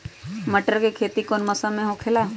मटर के खेती कौन मौसम में होखेला?